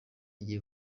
igiye